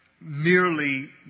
merely